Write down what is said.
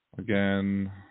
Again